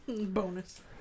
Bonus